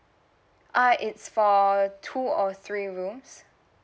uh it's for two or three rooms